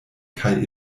kaj